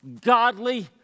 godly